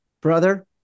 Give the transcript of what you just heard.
Brother